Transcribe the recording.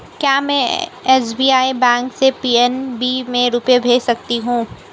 क्या में SBI bank से पी.एन.बी में रुपये भेज सकती हूँ?